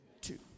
two